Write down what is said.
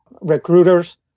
recruiters